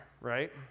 right